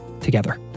together